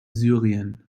syrien